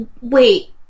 Wait